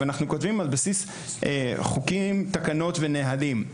אנחנו כותבים על בסיס חוקים, תקנות ונהלים.